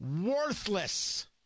Worthless